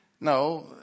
No